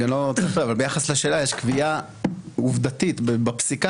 אבל ביחס לשאלה יש קביעה עובדתית בפסיקה